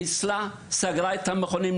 שחיסלה את המכונים.